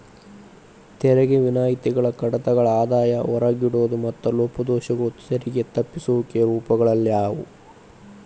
ತೆರಿಗೆ ವಿನಾಯಿತಿಗಳ ಕಡಿತಗಳ ಆದಾಯ ಹೊರಗಿಡೋದು ಮತ್ತ ಲೋಪದೋಷಗಳು ತೆರಿಗೆ ತಪ್ಪಿಸುವಿಕೆ ರೂಪಗಳಾಗ್ಯಾವ